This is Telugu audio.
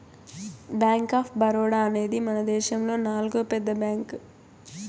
బ్యాంక్ ఆఫ్ బరోడా అనేది మనదేశములో నాల్గో పెద్ద బ్యాంక్